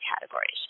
categories